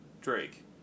Drake